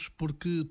porque